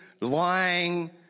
lying